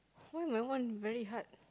why my one very hard